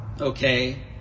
okay